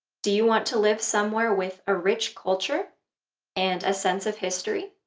do you want to live somewhere with a rich culture and a sense of history,